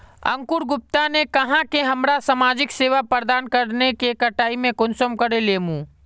अंकूर गुप्ता ने कहाँ की हमरा समाजिक सेवा प्रदान करने के कटाई में कुंसम करे लेमु?